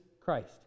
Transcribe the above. Christ